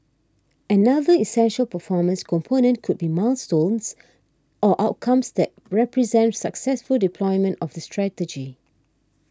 another essential performance component could be milestones or outcomes that represent successful deployment of the strategy